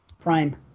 Prime